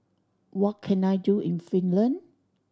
what can I do in Finland